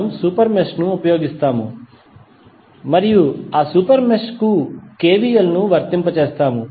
మనము super mesh ను ఉపయోగిస్తాము మరియు ఆ సూపర్ మెష్ కు కెవిఎల్ ను వర్తింపజేస్తాము